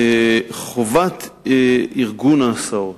ארגון ההסעות,